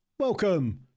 Welcome